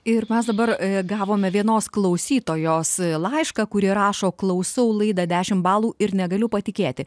ir mes dabar gavome vienos klausytojos laišką kur ji rašo klausau laidą dešimt balų ir negaliu patikėti